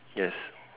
yes